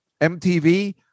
MTV